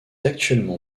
actuellement